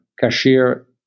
cashier